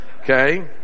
Okay